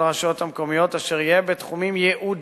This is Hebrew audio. של רשויות מקומיות אשר יהיה בתחומים ייעודיים,